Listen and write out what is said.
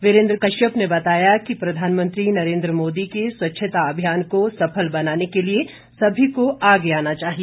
वीरेन्द्र कश्यप ने कहा कि प्रधानमंत्री नरेन्द्र मोदी के स्वच्छता अभियान को सफल बनाने के लिए सभी को आगे आना चाहिए